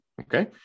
Okay